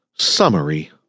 Summary